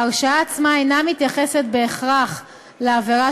ההרשעה עצמה אינה מתייחסת בהכרח לעבירה